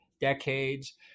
decades